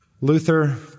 Luther